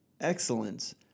excellence